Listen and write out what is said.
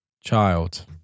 child